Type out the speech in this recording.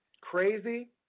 crazy